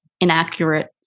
inaccurate